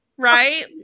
Right